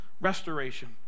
restoration